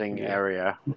area